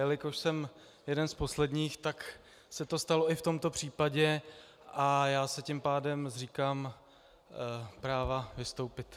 A jelikož jsem jeden z posledních, tak se to stalo i v tomto případě a já se tím pádem zříkám práva vystoupit.